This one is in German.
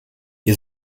ihr